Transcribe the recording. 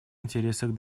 интересах